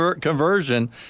conversion